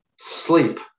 sleep